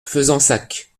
fezensac